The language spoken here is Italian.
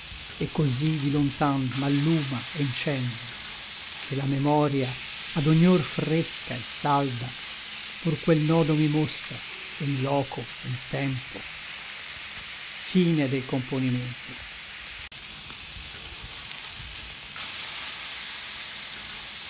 et cosí di lontan m'alluma e ncende che la memoria ad ognor fresca et salda pur quel nodo mi mostra e l loco e l tempo